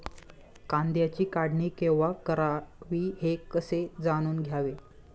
कांद्याची काढणी केव्हा करावी हे कसे जाणून घ्यावे?